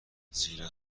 زیرا